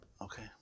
okay